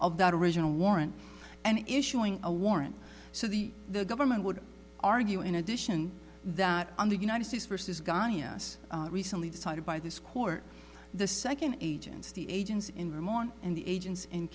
of that original warrant and issuing a warrant so the the government would argue in addition that on the united states versus gonna us recently decided by this court the second agents dea agents in vermont and the agents in